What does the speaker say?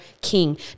king